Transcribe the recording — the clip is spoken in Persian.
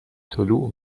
طلوع